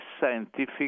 scientific